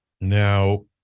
Now